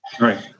Right